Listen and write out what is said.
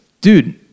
Dude